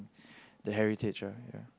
the heritage ah yeah